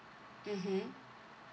mmhmm